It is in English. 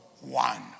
one